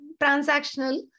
transactional